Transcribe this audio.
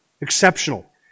exceptional